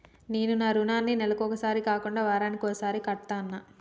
నేను నా రుణాన్ని నెలకొకసారి కాకుండా వారానికోసారి కడ్తన్నా